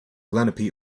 lenape